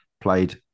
played